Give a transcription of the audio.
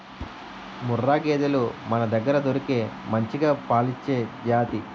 ముర్రా గేదెలు మనదగ్గర దొరికే మంచిగా పాలిచ్చే జాతి